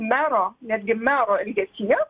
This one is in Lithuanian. mero netgi mero elgesyje